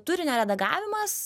turinio redagavimas